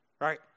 right